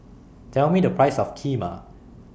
Tell Me The Price of Kheema